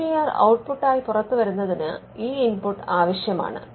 I P R output ആയി പുറത്തുവരുന്നതിന് ഈ ഇൻപുട്ട് ആവശ്യമാണ്